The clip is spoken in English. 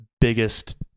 biggest